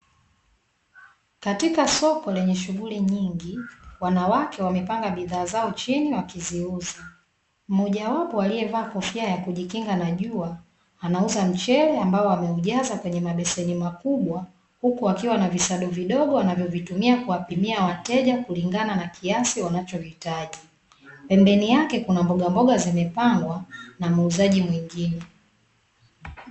Katika soko lenye shughuli nyingi, wanawake wamepanga bidhaa zao chini wakiziuza. Mmojawapo aliyevaa kofia ya kujikinga na jua anauza mchele ambao ameujaza kwenye mabeseni makubwa, huku akiwa na visado vidogo anavyovitumia kuwapimia wateja kulingana na kiasi wanachohitaji. Pembeni yake kuna mbogamboga zimepangwa na muuzaji mwingine.